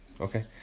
Okay